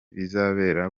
bizabera